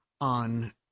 on